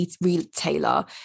retailer